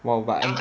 !wow! but I